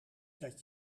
dat